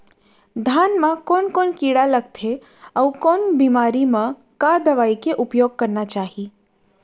धान म कोन कोन कीड़ा लगथे अऊ कोन बेमारी म का दवई के उपयोग करना चाही?